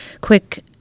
quick